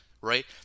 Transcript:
Right